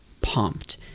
pumped